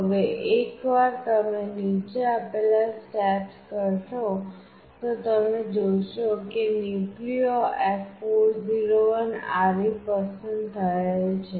હવે એકવાર તમે નીચે આપેલા સ્ટેપ્સ કરશો તો તમે જોશો કે NucleoF401RE પસંદ થયેલ છે